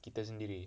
kita sendiri